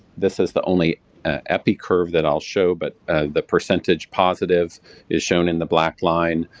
this is the only epi curve that i'll show, but the percentage positive is shown in the black line,